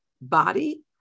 body